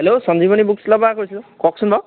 hello Sanjivani book ষ্টলৰ কওকচোন বাৰু